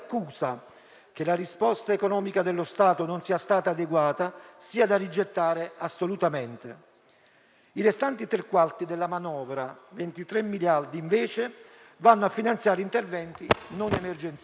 che la risposta economica dello Stato non sia stata adeguata sia da rigettare assolutamente. I restanti tre quarti della manovra (23 miliardi) vanno a finanziare invece interventi non emergenziali.